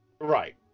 Right